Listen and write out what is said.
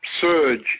surge